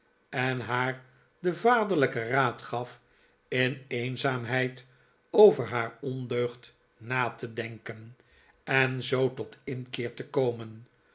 en haar den vaderlijken raad gaf in eenzaamheid over haar ondeugd na te denken en zoo tot inkeer te komen